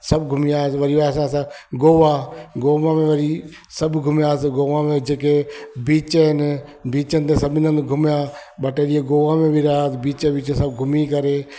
सभु घुमियासीं वरी वियासीं असां गोआ गोआ में वरी सभु घुमियासीं गोआ में जेके बीच आहिनि बीचनि ते सभिनि हंधि घुमिया ॿ टे ॾींहं गोआ में बि रहियासि बीच वीच सभु घुमी करे